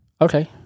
Okay